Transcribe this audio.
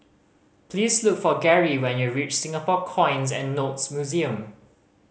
please look for Garry when you reach Singapore Coins and Notes Museum